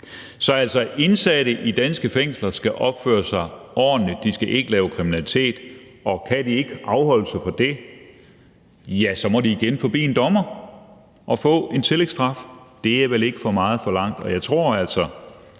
Så, altså, indsatte i danske fængsler skal opføre sig ordentligt. De skal ikke lave kriminalitet, og kan de ikke holde sig fra det, må de igen forbi en dommer og få en tillægsstraf. Det er vel ikke for meget forlangt. Og jeg tror altså